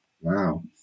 Wow